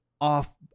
off